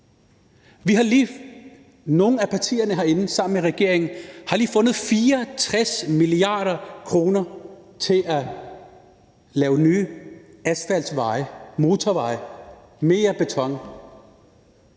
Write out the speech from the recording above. Nogle af partierne herinde sammen med regeringen har lige fundet 64 mia. kr. til at lave nye asfaltveje, motorveje, mere beton